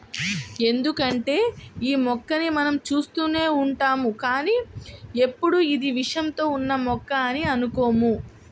ఎందుకంటే యీ మొక్కని మనం చూస్తూనే ఉంటాం కానీ ఎప్పుడూ ఇది విషంతో ఉన్న మొక్క అని అనుకోము